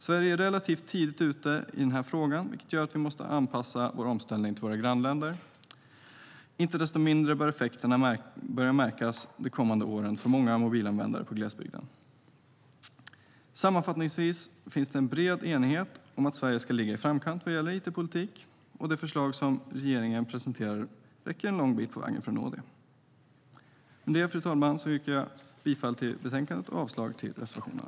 Sverige är relativt tidigt ute i den här frågan, vilket gör att vi måste anpassa vår omställning till våra grannländer. Inte desto mindre bör effekterna börja märkas de kommande åren för många mobilanvändare i glesbygden. Sammanfattningsvis finns det en bred enighet om att Sverige ska ligga i framkant vad gäller it-politik, och de förslag som regeringen presenterar räcker en lång bit på vägen för att uppnå det. Med det, fru talman, yrkar jag bifall till förslaget i betänkandet och avslag på reservationerna.